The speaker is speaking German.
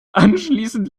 anschließend